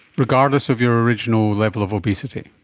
regardless of your original level of obesity?